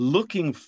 Looking